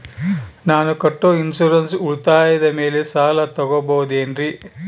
ನಾನು ಕಟ್ಟೊ ಇನ್ಸೂರೆನ್ಸ್ ಉಳಿತಾಯದ ಮೇಲೆ ಸಾಲ ತಗೋಬಹುದೇನ್ರಿ?